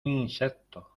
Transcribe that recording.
insecto